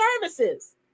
services